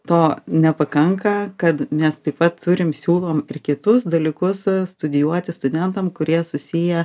to nepakanka kad mes taip pat turim siūlom ir kitus dalykus studijuoti studentam kurie susiję